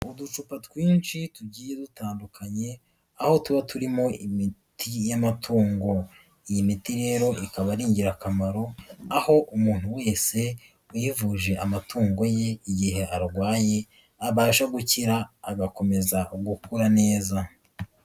Uducupa twinshi tugiye dutandukanye, aho tuba turimo imiti y'amatungo, iyi miti rero ikaba ari ingirakamaro, aho umuntu wese uyivuje amatungo ye igihe arwaye abasha gukira agakomeza gukura neza.